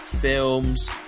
Films